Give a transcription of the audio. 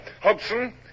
Hobson